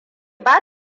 ba